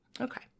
Okay